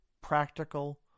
practical